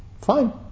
Fine